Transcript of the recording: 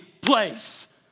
place